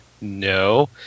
no